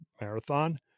marathon